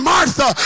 Martha